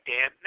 Dan